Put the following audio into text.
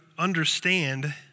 understand